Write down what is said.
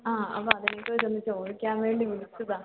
ആ അപ്പം അതിനെകുറിച്ചൊന്ന് ചോദിക്കാൻ വേണ്ടി വിളിച്ചതാണ്